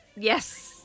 Yes